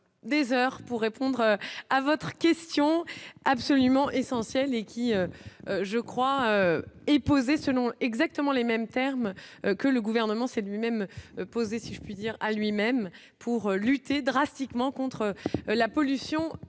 pour répondre à votre question, absolument essentiel et qui je crois est posée selon exactement les mêmes termes que le gouvernement s'est lui-même posé, si je puis dire, à lui-même pour lutter drastiquement contre la pollution,